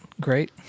Great